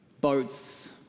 Boats